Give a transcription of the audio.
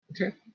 Okay